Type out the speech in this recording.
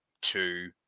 two